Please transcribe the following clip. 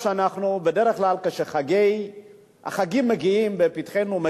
בדרך כלל כשהחגים מגיעים לפתחנו אנחנו